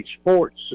sports